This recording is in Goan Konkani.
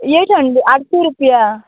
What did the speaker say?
एट हंड्रेड आटशी रुपया